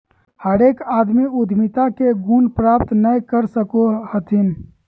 हरेक आदमी उद्यमिता के गुण प्राप्त नय कर सको हथिन